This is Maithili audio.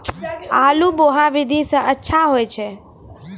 आलु बोहा विधि सै अच्छा होय छै?